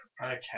Okay